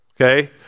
Okay